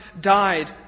died